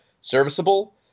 serviceable